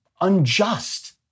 unjust